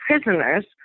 prisoners